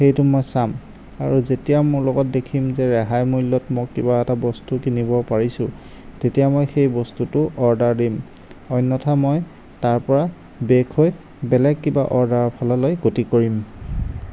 সেইটো মই চাম আৰু যেতিয়া মোৰ লগত দেখিম যে ৰেহাই মূল্যত মই কিবা এটা বস্তু কিনিব পাৰিছোঁ তেতিয়া মই সেই বস্তুটো অৰ্ডাৰ দিম অন্যথা মই তাৰপৰা বেক হৈ বেলেগ কিবা অৰ্ডাৰৰ ফাললৈ গতি কৰিম